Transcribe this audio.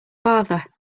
father